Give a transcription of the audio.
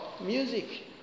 music